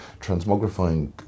transmogrifying